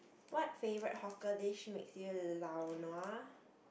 what favourite hawker dish makes you lao nua